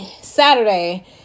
Saturday